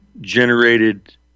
Generated